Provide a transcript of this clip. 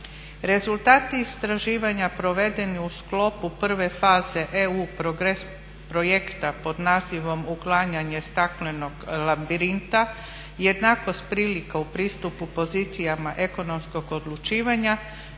Rezultati istraživanja provedeni u sklopu prve faze EU progres projekta pod nazivom Uklanjanje staklenog labirinta jednakost prilika u pristupu pozicijama ekonomskog odlučivanja